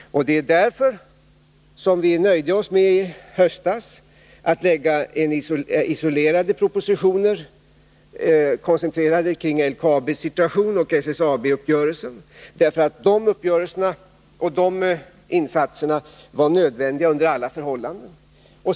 Det var också därför som vi i höstas nöjde oss med att lägga fram isolerade propositioner, koncentrerade kring LKAB:s situation och SSAB-uppgörelsen — de uppgörelserna och insatserna var nödvändiga under alla förhållanden.